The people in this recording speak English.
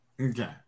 okay